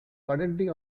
currently